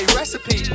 recipe